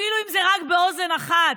אפילו אם זה רק באוזן אחת,